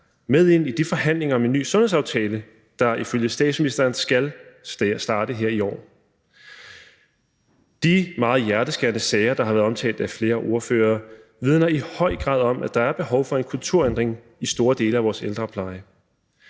med ind i de forhandlinger om en ny sundhedsaftale, der ifølge statsministeren skal starte her i år. De meget hjerteskærende sager, som har været omtalt af flere ordførere, vidner i høj grad om, at der er behov for en kulturændring i store dele af vores ældrepleje.